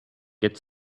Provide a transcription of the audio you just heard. get